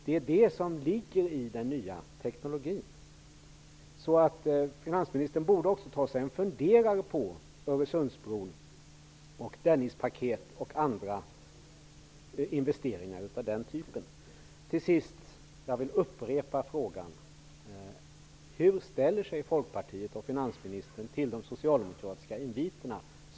Det är det som ligger i den nya teknologin. Öresundsbron, Dennispaketet och andra investeringar av den typen. Till sist vill jag upprepa frågan: Hur ställer sig Folkpartiet och finansministern till de socialdemokratiska inviterna?